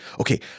okay